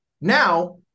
now